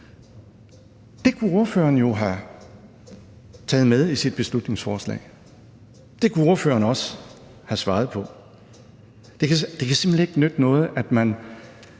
Det kunne ordføreren jo have taget med i sit beslutningsforslag, og ordføreren kunne også have svaret på spørgsmålet. Det kan simpelt hen ikke nytte noget, at man